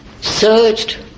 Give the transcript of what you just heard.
searched